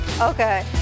Okay